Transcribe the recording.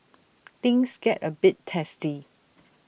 things get A bit testy